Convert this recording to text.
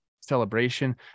celebration